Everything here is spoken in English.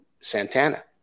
Santana